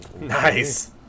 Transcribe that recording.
Nice